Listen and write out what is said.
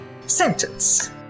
sentence